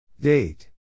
Date